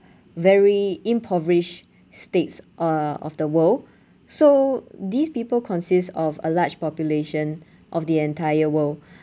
very impoverished states uh of the world so these people consists of a large population of the entire world